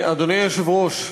היושב-ראש,